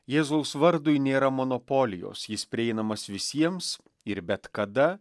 jėzaus vardui nėra monopolijos jis prieinamas visiems ir bet kada